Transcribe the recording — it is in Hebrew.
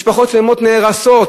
משפחות שלמות נהרסות,